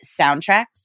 soundtracks